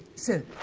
so,